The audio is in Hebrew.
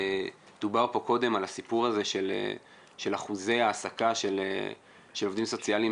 דובר פה קודם על הסיפור של אחוזי העסקה של עובדים סוציאליים